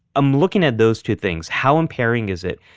i'm looking at those two things, how impairing is it?